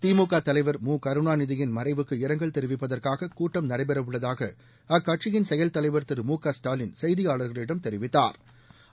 திமுக தலைவர் மு கருணாநிதியின் மறைவுக்கு இரங்கல் தெரிவிப்பதற்காக கூட்டம் நடைபெறவுள்ளதாக அக்கட்சியின் செயல்தலைவா் திரு மு க ஸ்டாலின் செய்தியாளா்களிடம் தெரிவித்தாா்